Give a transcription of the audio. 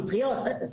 הפטריות,